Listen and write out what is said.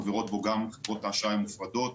חברות בו גם חברות האשראי המופרדות,